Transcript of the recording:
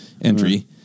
entry